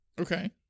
Okay